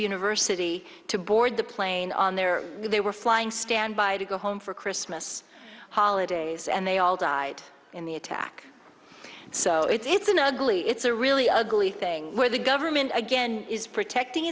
university to board the plane on their way they were flying standby to go home for christmas holidays and they all died in the attack so it's an ugly it's a really ugly thing where the government again is protecting